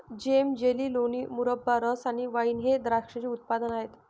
जेम, jelly, लोणी, मुरब्बा, रस आणि वाइन हे द्राक्षाचे उत्पादने आहेत